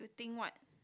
you think what